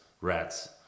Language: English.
rats